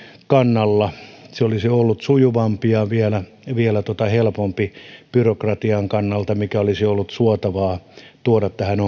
kannalla se olisi ollut sujuvampi ja vielä vielä helpompi byrokratian kannalta ja olisi ollut suotavaa tuoda tähän